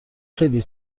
خیلی